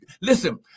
listen